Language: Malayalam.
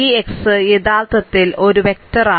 ഈ x യഥാർത്ഥത്തിൽ 1 വെക്റ്റർ ആൺ